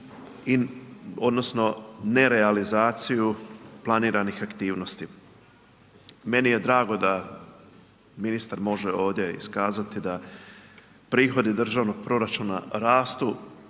odnosno nerealizaciju planiranih aktivnosti. Meni je drago da ministar može ovdje iskazati da prihodi državnog proračuna rastu